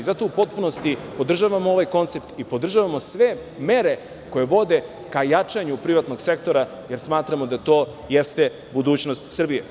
Zato u potpunosti podržavam ovaj koncept i podržavamo sve mere koje vode ka jačanju privatnog sektora, jer smatramo da to jeste budućnost Srbije.